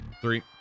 Three